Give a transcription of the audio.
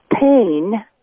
pain